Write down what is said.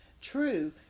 True